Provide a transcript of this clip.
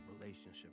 relationship